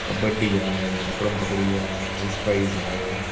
कॿडी आहे पकिड़म पकिड़ी आहे आईस पाईस आहे